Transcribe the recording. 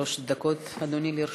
שלוש דקות, אדוני, לרשותך.